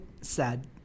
sad